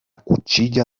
cuchilla